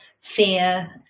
fear